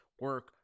Work